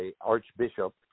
Archbishop